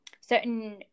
certain